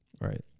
Right